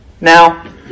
Now